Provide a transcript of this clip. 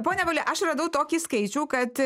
pone avuli aš radau tokį skaičių kad